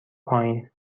پایین